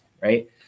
right